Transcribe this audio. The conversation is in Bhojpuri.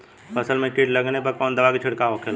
फसल में कीट लगने पर कौन दवा के छिड़काव होखेला?